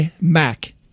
mac